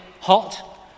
hot